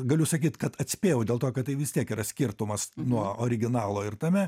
galiu sakyt kad atspėjau dėl to kad tai vis tiek yra skirtumas nuo originalo ir tame